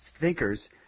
thinkers